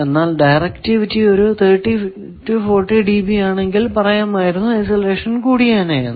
എന്നാൽ ഡയറക്ടിവിറ്റി ഒരു 30 40 dB ആണെങ്കിൽ പറയാമായിരുന്നു ഐസൊലേഷൻ കൂടിയേനെ എന്ന്